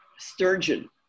Sturgeon